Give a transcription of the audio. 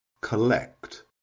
Collect